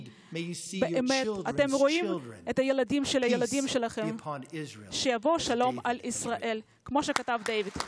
וראה בנים לבניך, שלום על ישראל", כמו שכתב דוד.